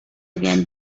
again